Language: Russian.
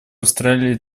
австралии